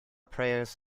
prayers